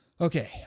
Okay